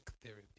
therapy